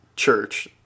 church